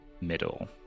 middle